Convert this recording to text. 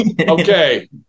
Okay